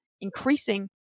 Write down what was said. increasing